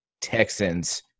Texans